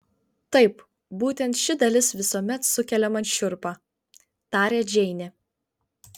taip būtent ši dalis visuomet sukelia man šiurpą tarė džeinė